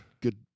good